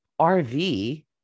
RV